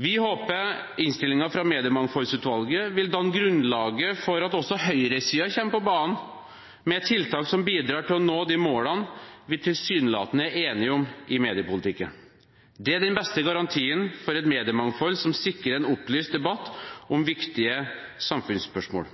Vi håper innstillingen fra Mediemangfoldsutvalget vil danne grunnlaget for at også høyresiden kommer på banen med tiltak som bidrar til å nå de målene vi tilsynelatende er enige om i mediepolitikken. Det er den beste garantien for et mediemangfold som sikrer en opplyst debatt om viktige samfunnsspørsmål.